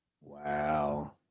Wow